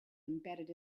embedded